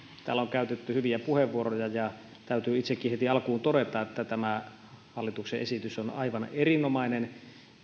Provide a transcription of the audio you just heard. täällä on käytetty hyviä puheenvuoroja ja täytyy itsekin heti alkuun todeta että tämä hallituksen esitys on aivan erinomainen